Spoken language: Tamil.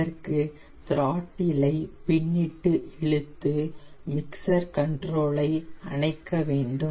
அதற்கு த்ராட்டில் ஐ பின்னிட்டு இழுத்து மிக்ஸ்சர் கண்ட்ரோல் ஐ அணைக்க வேண்டும்